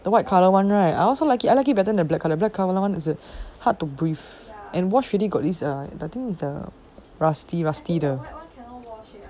the white colour one right I also like it I like it better than the black colour one the black colour one is hard to breathe and wash already got this err dirty things there err rusty rusty 的